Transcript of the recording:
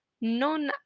non